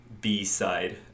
b-side